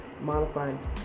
modifying